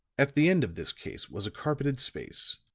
at the end of this case was a carpeted space,